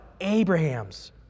Abraham's